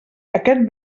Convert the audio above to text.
aquest